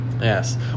Yes